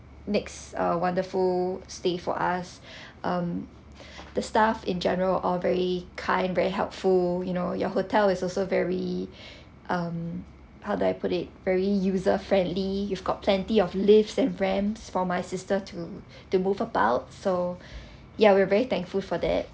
makes a wonderful stay for us um the staff in general all very kind very helpful you know your hotel is also very um how do I put it very user friendly you've got plenty of lifts and ramps for my sister to to move about so yeah we're very thankful for that